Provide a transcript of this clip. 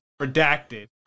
Redacted